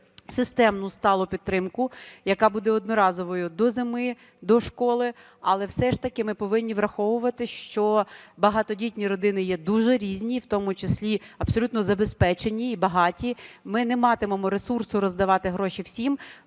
системну сталу підтримку, яка буде одноразовою, до зими, до школи. Але все ж таки ми повинні враховувати, що багатодітні родини є дуже різні і в тому числі абсолютно забезпечені і багаті, ми не матимемо ресурсу роздавати гроші всім